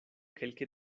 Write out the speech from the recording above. kelke